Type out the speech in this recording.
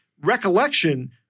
recollection